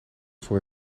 voor